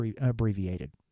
abbreviated